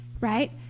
right